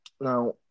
now